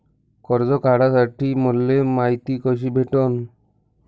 कर्ज काढासाठी मले मायती कशी भेटन?